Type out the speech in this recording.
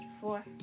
Four